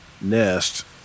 nest